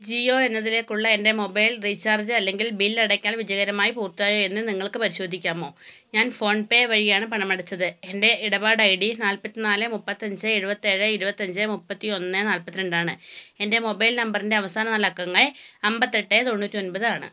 ജിയോ എന്നതിലേക്കുള്ള എൻ്റെ mobile recharge അല്ലെങ്കിൽ ബിൽ അടയ്ക്കൽ വിജയകരമായി പൂർത്തിയായോ എന്നു നിങ്ങൾക്കു പരിശോധിക്കാമോ ഞാൻ ഫോൺ പേ വഴിയാണു പണമടച്ചത് എൻ്റെ ഇടപാടൈഡി നാല്പത്തിനാല് മുപ്പത്തിയഞ്ച് എഴുപത്തിയേഴ് ഇരുപത്തിയഞ്ച് മുപ്പത്തിയൊന്ന് നാല്പത്തി രണ്ടാണ് എൻ്റെ മൊബൈൽ നമ്പറിൻ്റെ അവസാന നാലക്കങ്ങൾ അമ്പത്തിയെട്ട് തൊണ്ണൂറ്റിയൊന്പത് ആണ്